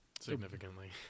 Significantly